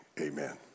amen